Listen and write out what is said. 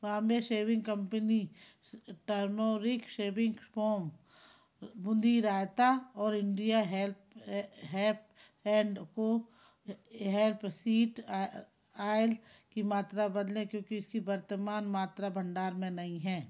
Bombay shaving company turmeric shaving foam boondi raita और India help हैप and को हेर्प सीट आयल की मात्रा बदलें क्योंकि उसकी वर्तमान मात्रा भंडार में नहीं है